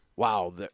Wow